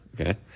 Okay